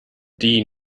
die